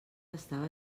estava